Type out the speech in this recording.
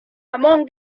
among